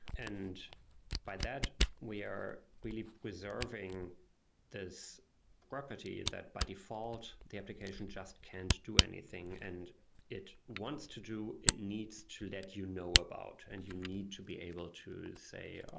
and by that, we are really preserving this property that, by default, the application just can't do anything and it wants to do, it needs to that you know about, and you need to be able to say, oh,